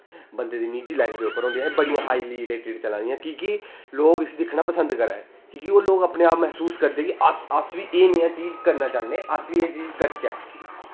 बंदे दे निजी लाईफ दे उप्पर होंदियां एह् बड़ियां हाई रिलेटिड चला दियां कि के लोग इसी दिक्खना पसंद करा दे कि की लोग अपने आप मैह्सूस करदे कि अस अस बी एह् नेहा चीज करना चाह्न्ने एह् चीज करचै